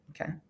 Okay